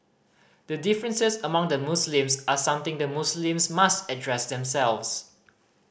the differences among the Muslims are something the Muslims must address themselves